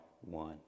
one